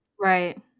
Right